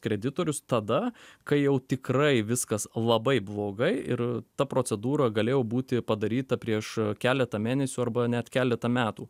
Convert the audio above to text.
kreditorius tada kai jau tikrai viskas labai blogai ir ta procedūra galėjo būti padaryta prieš keletą mėnesių arba net keletą metų